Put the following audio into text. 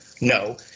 No